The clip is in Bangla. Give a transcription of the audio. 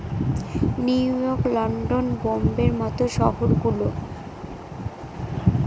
নিউ ইয়র্ক, লন্ডন, বোম্বের মত শহর গুলো